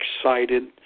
excited